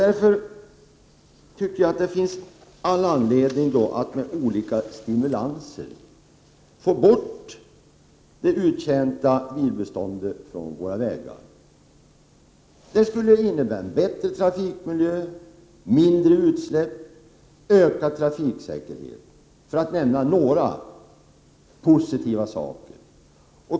Därför tycker jag att det finns all anledning att med olika Om höjning av bilstimulanser få bort de uttjänta bilarna från våra vägar. Det skulle innebära en AR M ESR är Z 3 - skrotningspremien, bättre trafikmiljö, mindre utsläpp och ökad trafiksäkerhet, för att nämna mm några positiva saker.